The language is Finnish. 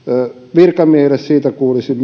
virkamiehille myös siitä kuulisin